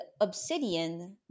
Obsidian